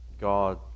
God